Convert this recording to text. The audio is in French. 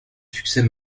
succès